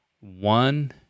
one